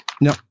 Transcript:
No